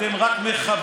אתם רק מחבלים,